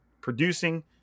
producing